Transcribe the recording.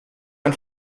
ein